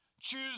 choose